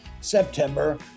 September